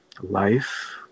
life